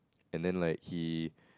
and then like he